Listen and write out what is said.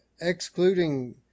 excluding